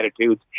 attitudes